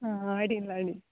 ಹಾಂ ಅಡ್ಡಿಲ್ಲ ಅಡ್ಡಿಲ್ಲ